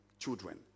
Children